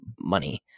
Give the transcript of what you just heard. money